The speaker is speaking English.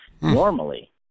normally